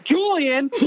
Julian-